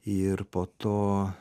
ir po to